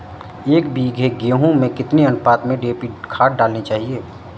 एक बीघे गेहूँ में कितनी अनुपात में डी.ए.पी खाद डालनी चाहिए?